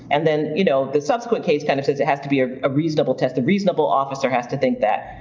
and then you know the subsequent case kind of says it has to be ah a reasonable test. a reasonable officer has to think that.